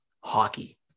hockey